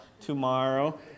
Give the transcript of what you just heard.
tomorrow